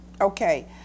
Okay